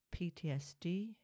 PTSD